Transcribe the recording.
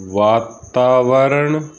ਵਾਤਾਵਰਣ